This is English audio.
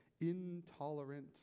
intolerant